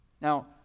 Now